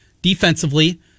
Defensively